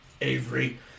Avery